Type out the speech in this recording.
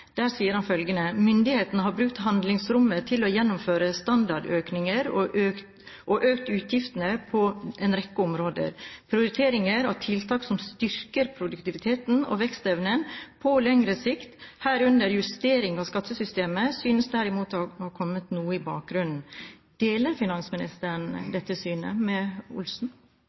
Der sier han følgende: «Myndighetene har brukt handlingsrommet til å gjennomføre standardøkninger og øke utgiftene på en rekke områder. Prioritering av tiltak som styrker produktiviteten og vekstevnen på lengre sikt, herunder justeringer i skattesystemet, synes derimot å ha kommet noe i bakgrunnen.» Deler finansministeren dette synet?